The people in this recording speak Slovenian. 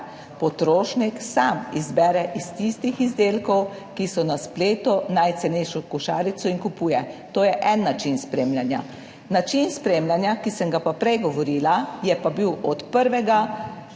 potrošnik sam izbere iz tistih izdelkov, ki so na spletu, najcenejšo košarico in kupuje. To je en način spremljanja. Način spremljanja, o katerem sem pa prej govorila, je pa bil od 1.